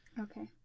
Okay